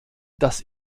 dass